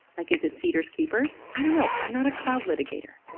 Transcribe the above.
like, is it seeders' keepers? i don't know, i'm not a cloud litigator.